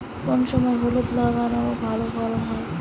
কোন সময় হলুদ লাগালে ভালো ফলন হবে?